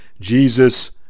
Jesus